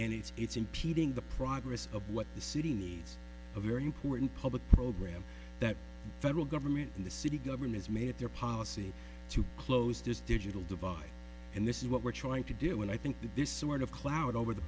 it's impeding the progress of what the city needs a very important public program that federal government and the city governments made at their policy to close this digital divide and this is what we're trying to do and i think that this sort of cloud over the